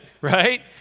right